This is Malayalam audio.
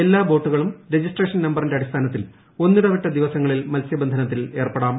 എല്ലാ ബോട്ടുകളും രജിസ്ട്രേഷൻ നമ്മിറ്റിന്റെ അടിസ്ഥാനത്തിൽ ഒന്നിടവിട്ട ദിവസങ്ങളിൽ മത്സ്യബന്ധനത്തിൽ ഏർപ്പെടാം